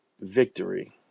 victory